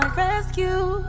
rescue